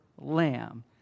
lamb